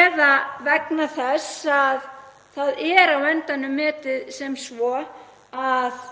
eða vegna þess að það er á endanum metið sem svo að